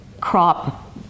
crop